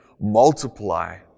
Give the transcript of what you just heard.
multiply